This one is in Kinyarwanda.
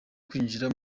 kwinjira